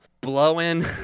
blowing